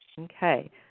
Okay